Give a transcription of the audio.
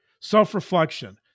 Self-reflection